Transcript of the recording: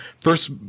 first